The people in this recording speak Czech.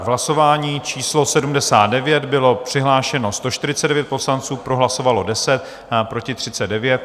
Hlasování číslo 79, bylo přihlášeno 149 poslanců, pro hlasovalo 10, proti 39.